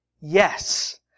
Yes